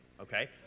okay